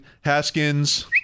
haskins